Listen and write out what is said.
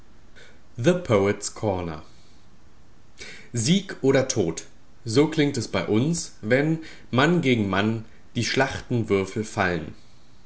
sieg oder tod so klingt es bei uns wenn mann gegen mann die schlachtenwürfel fallen